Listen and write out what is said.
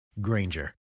Granger